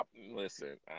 Listen